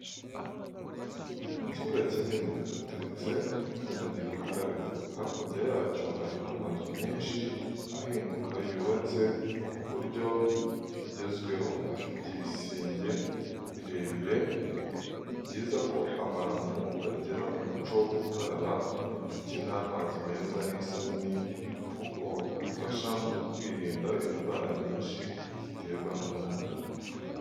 Mu kibuga kinini hateretse kandagira ukarabe, hakurya yacyo hari amazu menshi ahinguka yubatse mu buryo bugezweho afite ibisenge birebire, ni byiza ko abantu bagira umuco wo gukaraba intoki n'amazi meza n'isabuni kuko bifasha mu kwirinda indwara nyinshi ziterwa n'umwanda.